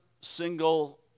single